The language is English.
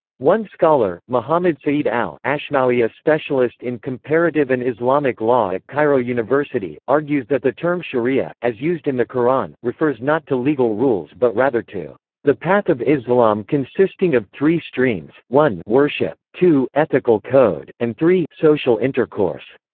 one scholar, muhammad sa'id al-'ashmawi a specialist in comparative and islamic law at cairo university, argues that the term sharia, as used in the qur'an, refers not to legal rules but rather to the path of islam consisting of three streams one worship, two ethical code, and three social intercourse.